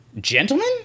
gentlemen